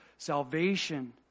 Salvation